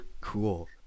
cool